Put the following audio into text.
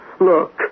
Look